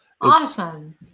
awesome